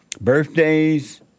birthdays